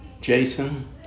Jason